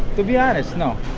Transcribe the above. to be honest, no